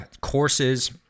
courses